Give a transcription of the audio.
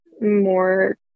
more